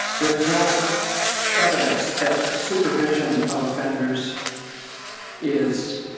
there is no evidence that supervision of offenders is